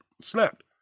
snapped